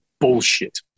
bullshit